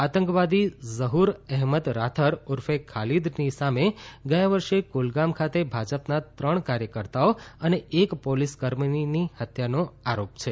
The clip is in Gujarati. આતંકવાદી ઝહ્ર અહમદ રાથર ઉર્ફે ખાલિદના સામે ગયા વર્ષે કુલગામ ખાતે ભાજપના ત્રણ કાર્યકર્તાઓ અને એક પોલીસ કર્મીની હત્યાનો આરોપ છે